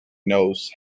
knows